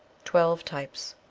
twelve types